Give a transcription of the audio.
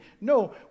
No